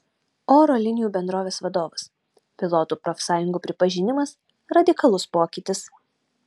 oro linijų bendrovės vadovas pilotų profsąjungų pripažinimas radikalus pokytis